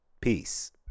peace